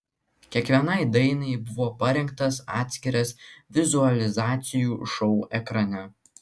kiekvienai dainai buvo parengtas atskiras vizualizacijų šou ekrane